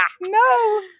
No